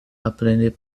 apprender